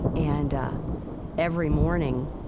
and every morning,